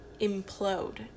implode